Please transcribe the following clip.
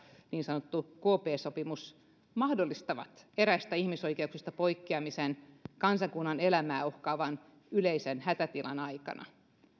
niin sanottu kp sopimus mahdollistavat eräistä ihmisoikeuksista poikkeamisen kansakunnan elämää uhkaavan yleisen hätätilan aikana